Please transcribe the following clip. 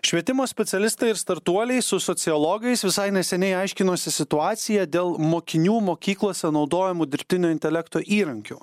švietimo specialistai ir startuoliai su sociologais visai neseniai aiškinosi situaciją dėl mokinių mokyklose naudojamų dirbtinio intelekto įrankių